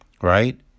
Right